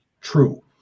true